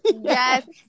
yes